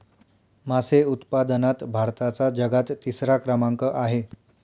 मासे उत्पादनात भारताचा जगात तिसरा क्रमांक आहे